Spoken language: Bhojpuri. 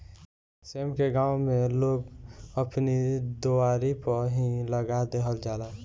सेम के गांव में लोग अपनी दुआरे पअ ही लगा देहल जाला